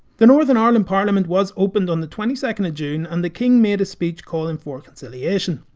the northern ireland parliament was opened on the twenty second june and the king made a speech calling for conciliation.